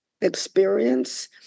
experience